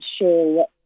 sure